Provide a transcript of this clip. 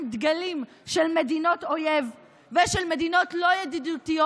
דגלים של מדינות אויב ושל מדינות לא ידידותיות,